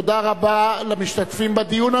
תודה רבה למשתתפים בדיון.